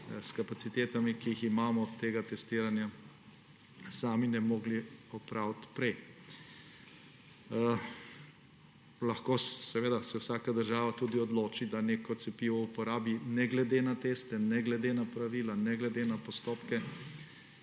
s kapacitetami, ki jih imamo, tega testiranja sami ne bi mogli opraviti prej. Lahko seveda se vsaka država tudi odloči, da neko cepivo uporabi, ne glede na teste, ne glede na pravila, ne glede na postopke.